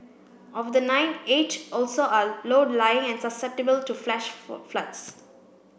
of the nine eight also are low lying and susceptible to flash floods